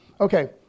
Okay